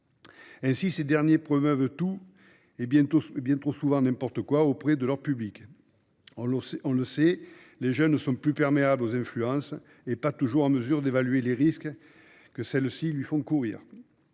Les influenceurs promeuvent tout, et bien trop souvent n'importe quoi, auprès de leur public. Les jeunes sont plus perméables aux influences, et ils ne sont pas toujours en mesure d'évaluer les risques que celles-ci leur font courir.